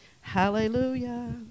Hallelujah